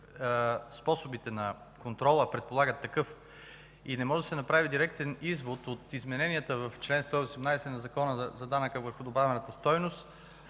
способите на контрола, а предполагат такъв и не може да се направи директен извод от измененията в чл. 118 на Закона за данъка върху добавената стойност,